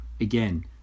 again